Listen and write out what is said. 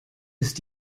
ist